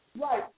right